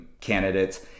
candidates